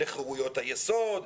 לחירויות היסוד,